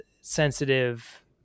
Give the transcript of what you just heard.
sensitive